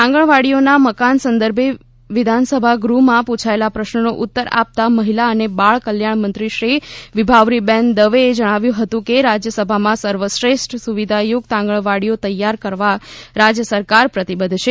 આંગણવાડીઓના મકાન સંદર્ભે વિધાનસભાગૃહમાં પૂછાયેલ પ્રશ્નનો ઉત્તર આપતા મહિલા અને બાળ કલ્યાણ મંત્રીશ્રી વિભાવરીબેન દવેએ જણાવ્યું હતું કે રાજ્યમાં સર્વશ્રેષ્ઠ સુવિધાયુક્ત આંગણવાડીઓ તૈયાર કરવા રાજ્ય સરકાર પ્રતિબદ્ધ છે